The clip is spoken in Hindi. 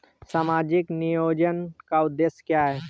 सामाजिक नियोजन का उद्देश्य क्या है?